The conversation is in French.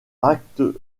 actes